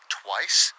twice